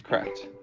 right.